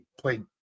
played